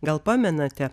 gal pamenate